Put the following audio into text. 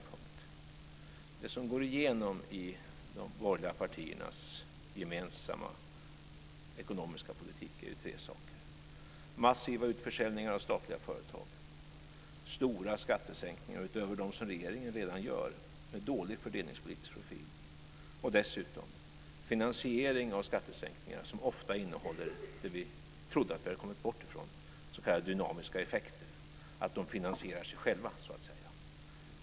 Det är tre saker som går igenom i de borgerliga partiernas gemensamma ekonomiska politik: massiva utförsäljningar av statliga företag, stora skattesänkningar med dålig fördelningspolitisk profil utöver dem som regeringen redan gör och dessutom en finansiering av skattesänkningarna som ofta innehåller det som vi trodde att man hade kommit bort ifrån, nämligen s.k. dynamiska effekter, dvs. att de finansierar sig själva.